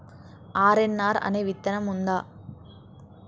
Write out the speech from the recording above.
RNR అనే విత్తనం ఉందా?